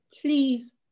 please